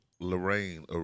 Lorraine